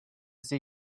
sie